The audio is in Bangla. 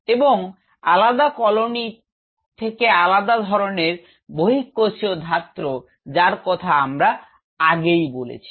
এবং আলাদা কলোনির থাকে আলাদা ধরনের বহিঃকোষীয় ধাত্র যার কথা আমরা আগেই বলেছি